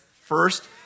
first